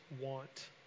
want